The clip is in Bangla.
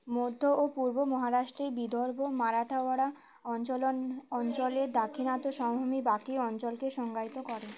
মধ্য ও পূর্ব মহারাষ্টের বিদর্ভ মারাঠাওয়াড়া অঞ্চলের অঞ্চলের দাক্ষিণাত্য সমভূমি বাকি অঞ্চলকে সংজ্ঞায়িত করে